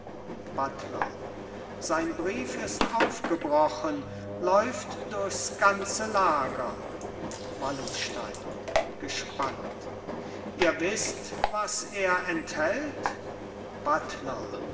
buttler sein brief ist aufgebrochen läuft durchs ganze lager wallenstein gespannt ihr wißt was er enthält